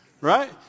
right